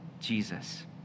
Jesus